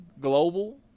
Global